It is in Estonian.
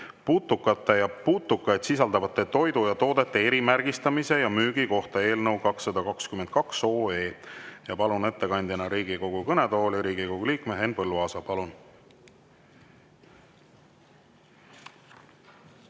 "Putukate ja putukaid sisaldavate toitude ja toodete erimärgistamise ja müügi kohta" eelnõu 222. Palun ettekandeks Riigikogu kõnetooli Riigikogu liikme Henn Põlluaasa. Palun!